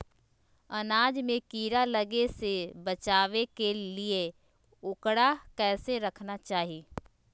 अनाज में कीड़ा लगे से बचावे के लिए, उकरा कैसे रखना चाही?